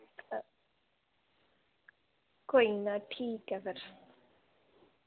कोई ना ठीक ऐ फिर